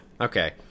Okay